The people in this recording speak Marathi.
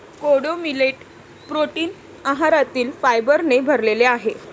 कोडो मिलेट प्रोटीन आहारातील फायबरने भरलेले आहे